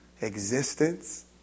existence